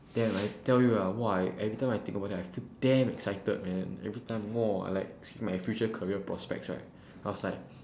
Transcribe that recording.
damn I tell you ah !whoa! every time I think about that I feel damn excited man every time !whoa! see like see my future career prospects right I was like